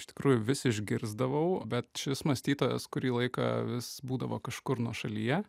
iš tikrųjų vis išgirsdavau bet šis mąstytojas kurį laiką vis būdavo kažkur nuošalyje